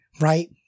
right